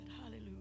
Hallelujah